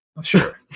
Sure